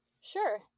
Sure